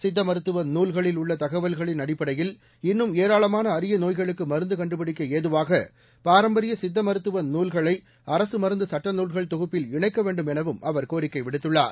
சித்த மருத்துவ நூல்களில் உள்ள தகவல்களின் அடிப்படையில் இன்னும் ஏராளமான அரிய நோய்களுக்கு மருந்து கண்டுபிடிக்க ஏதுவாக பாரம்பரிய சித்த மருத்துவ நூல்களை அரசு மருந்து சுட்ட நூல்கள் தொகுப்பில் இணைக்க வேண்டும் எனவும் அவர் கோரிக்கை விடுத்துள்ளார்